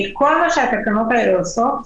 כל מה שהתקנות האלה עושות,